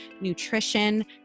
nutrition